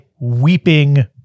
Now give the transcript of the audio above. weeping